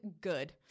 good